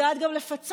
יודעת גם לפצות,